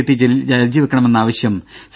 T Jaleel രാജിവെക്കണമെന്ന ആവശ്യം C